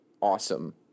awesome